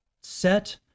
set